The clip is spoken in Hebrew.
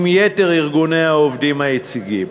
עם יתר ארגוני העובדים היציגים.